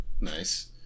Nice